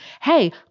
Hey